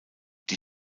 die